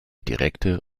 direkte